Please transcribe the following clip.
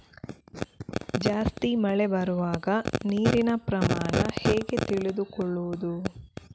ಜಾಸ್ತಿ ಮಳೆ ಬರುವಾಗ ನೀರಿನ ಪ್ರಮಾಣ ಹೇಗೆ ತಿಳಿದುಕೊಳ್ಳುವುದು?